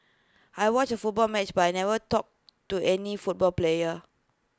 I watched A football match but I never talked to any football player